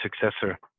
successor